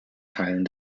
teilen